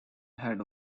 had